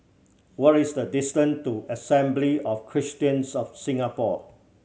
what is the distance to Assembly of Christians of Singapore